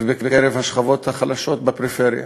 ובקרב השכבות החלשות בפריפריה.